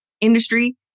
industry